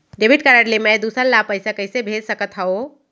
Debit card ले मैं दूसर ला पइसा कइसे भेज सकत हओं?